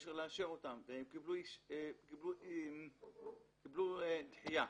כדי לאשר אותם והם קיבלו דחייה.